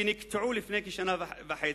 שנקטעו לפני שנה וחצי.